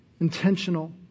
intentional